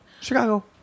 Chicago